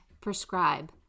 prescribe